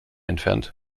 entfernt